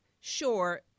sure